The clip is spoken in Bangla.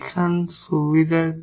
এখন সুবিধা কি